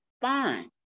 fine